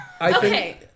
Okay